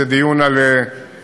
זה דיון פוליטי